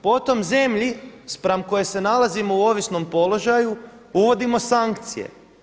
Potom zemlji spram koje se nalazimo u ovisnom položaju uvodimo sankcije.